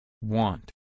want